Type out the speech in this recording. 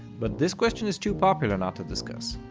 but this question is too popular not to discuss.